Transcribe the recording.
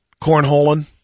cornholing